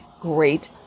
great